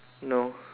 no